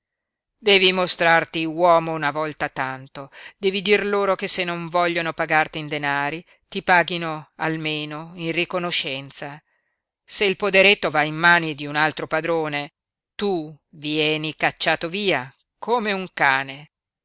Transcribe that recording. devi mostrarti uomo una volta tanto devi dir loro che se non vogliono pagarti in denari ti paghino almeno in riconoscenza se il poderetto va in mani di un altro padrone tu vieni cacciato via come un cane